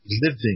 living